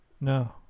No